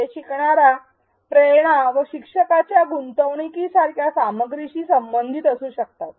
ते शिकणार्या प्रेरणा व शिक्षकाच्या गुंतवणूकीसारख्या सामग्रीशी संबंधित असू शकतात